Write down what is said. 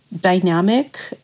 dynamic